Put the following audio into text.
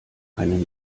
einen